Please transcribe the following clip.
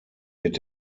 mit